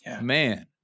Man